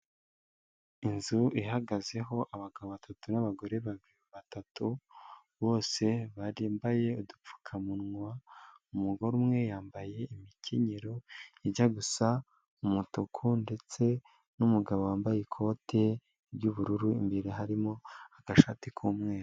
Inzu ihagazeho abagabo batatu n'abagore batatu, bose barimbaye udupfukamunwa, umugore umwe yambaye imikenyero ijya gusa umutuku ndetse n'umugabo wambaye ikote ry'ubururu imbere harimo agashati k'umweru.